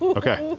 okay.